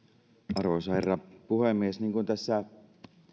arvoisa herra puhemies niin kuin tässä